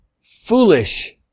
foolish